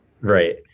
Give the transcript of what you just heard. Right